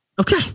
Okay